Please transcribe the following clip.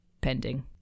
pending